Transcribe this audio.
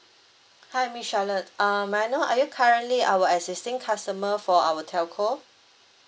hi miss charlotte um may I know are you currently our existing customer for our telco